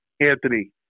Anthony